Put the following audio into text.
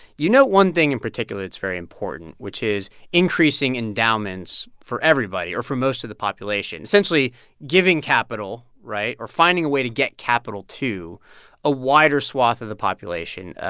you note one thing in particular that's very important, which is increasing endowments for everybody, or for most of the population, essentially giving capital right? or finding a way to get capital to a wider swath of the population.